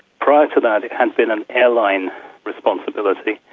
prior to that it had been an airline responsibility,